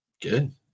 Good